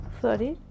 sorry